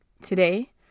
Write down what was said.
Today